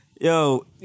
Yo